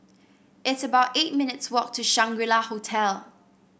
it's about eight minutes' walk to Shangri La Hotel